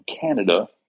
Canada